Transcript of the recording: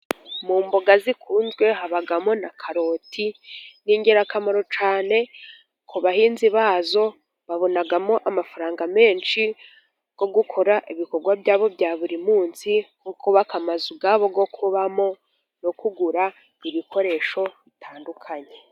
Mu mboga zikunzwe habamo na karoti. Ni ingirakamaro cyane ku bahinzi bazo babonamo amafaranga menshi yo gukora ibikorwa byabo bya buri munsi nko kubaka amazu yabo yo kubamo no kugura ibikoresho bitandukanye.